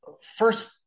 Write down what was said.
first